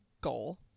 goal